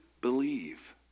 believe